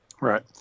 Right